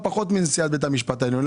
מנשיאת בית המשפט העליון?